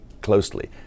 closely